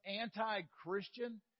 anti-Christian